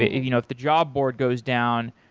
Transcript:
you know if the job board goes down,